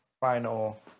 final